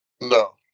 No